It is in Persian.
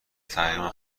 تقریبا